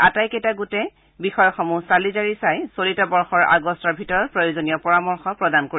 আটাইকেইটা গোটে এই বিষয়সমূহ চালি জাৰি চাই চলিত বৰ্যৰ আগষ্টৰ ভিতৰত প্ৰয়োজনীয় পৰামৰ্শ প্ৰদান কৰিব